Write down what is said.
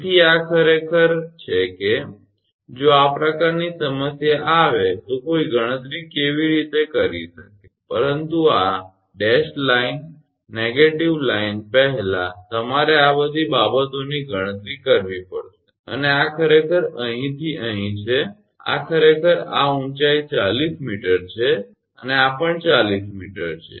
તેથી આ ખરેખર છે કે જો આ પ્રકારની સમસ્યા આવે તો કોઈ ગણતરી કેવી રીતે કરી શકે પરંતુ આ તૂટક લાઇન નકારાત્મક લાઇન પહેલા તમારે આ બધી બાબતોની ગણતરી કરવી પડશે અને આ ખરેખર અહીંથી અહીં છે આ ખરેખર આ ઊંચાઇ 40 𝑚 છે અને આ પણ 40 𝑚 છે